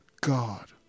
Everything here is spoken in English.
God